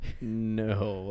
No